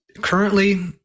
currently